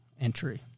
entry